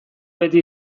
beti